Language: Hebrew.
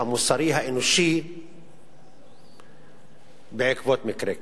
המוסרי האנושי בעקבות מקרה כזה.